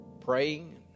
praying